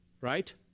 right